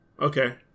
Okay